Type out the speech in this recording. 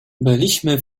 byliśmy